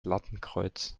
lattenkreuz